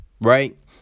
right